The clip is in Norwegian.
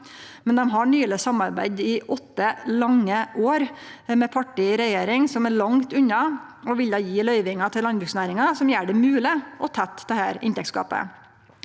dei har nyleg samarbeidd i åtte lange år med parti i regjering som er langt unna å ville gje løyvingar til landbruksnæringa som gjer det mogleg å tette dette inntektsgapet,